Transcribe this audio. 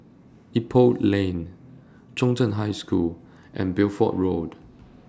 Ipoh Lane Chung Cheng High School and Bideford Road